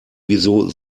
wieso